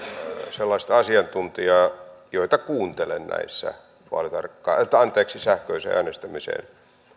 sellaista asiantuntijaa joita kuuntelen näissä sähköiseen äänestämiseen